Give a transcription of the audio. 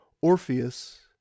Orpheus